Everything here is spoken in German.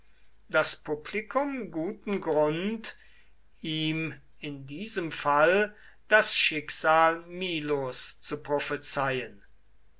das publikum guten grund ihm in diesem fall das schicksal milos zu prophezeien